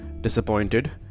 disappointed